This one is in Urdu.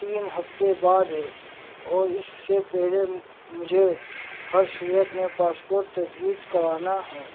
تین ہفتے بعد ہے اور اس سے پہلے مجھے ہر صورت میں پاسپورٹ تجوید کرانا ہے